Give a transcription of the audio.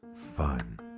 fun